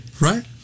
Right